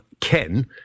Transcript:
Ken